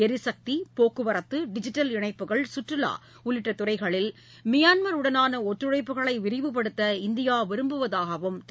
எரிசக்தி போக்குவரத்து டிஜிடல் இணைப்புகள் சுற்றுவா உள்ளிட்ட துறைகளில் மியான்மருடனான ஒத்துழைப்புக்களை விரிவுபடுத்த இந்தியா விரும்புவதாகவும் திரு